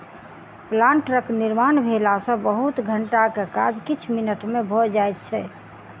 प्लांटरक निर्माण भेला सॅ बहुत घंटा के काज किछ मिनट मे भ जाइत छै